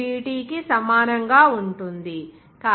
dt కి సమానంగా ఉంటుంది